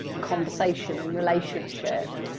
conversation and relationship